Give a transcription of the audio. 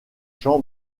jean